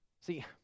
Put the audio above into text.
See